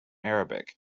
arabic